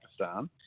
Pakistan